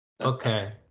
okay